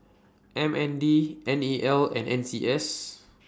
M N D N E L and N C S